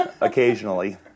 occasionally